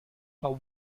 but